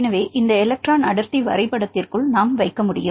எனவே இந்த எலக்ட்ரான் அடர்த்தி வரைபடத்திற்குள் நாம் வைக்க முடியும்